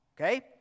Okay